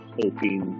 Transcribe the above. hoping